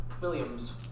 Williams